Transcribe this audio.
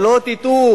שלא תטעו.